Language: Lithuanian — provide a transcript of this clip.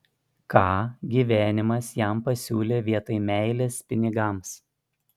ką gyvenimas jam pasiūlė vietoj meilės pinigams